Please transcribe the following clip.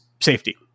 safety